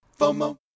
FOMO